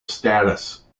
status